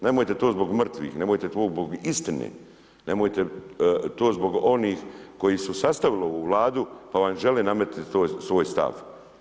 Nemojte to zbog mrtvih, nemojte to zbog istine, nemojte to zbog onih koji su sastavili ovu Vladu pa vam žele nametnuti svoj stav.